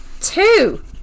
Two